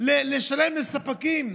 לשלם לספקים.